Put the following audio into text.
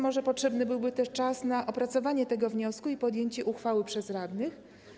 Może zatem potrzebny byłby też czas na opracowanie tego wniosku i podjęcie uchwały przez radnych.